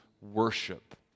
worship